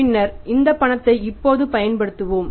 பின்னர் இந்த பணத்தை இப்போது பயன்படுத்துவோம்